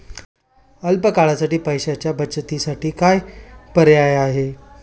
अल्प काळासाठी पैशाच्या बचतीसाठी काय पर्याय आहेत?